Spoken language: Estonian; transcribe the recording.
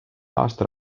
aastal